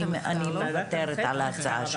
אני מוותרת על ההצעה שלי.